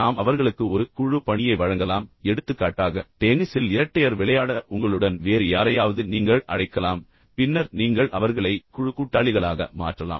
நாம் அவர்களுக்கு ஒரு குழு பணியை வழங்கலாம் எடுத்துக்காட்டாக டென்னிஸில் இரட்டையர் விளையாட உங்களுடன் வேறு யாரையாவது நீங்கள் அழைக்கலாம் பின்னர் நீங்கள் அவர்களை குழு கூட்டாளிகளாக மாற்றலாம்